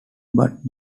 but